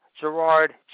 Gerard